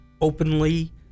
openly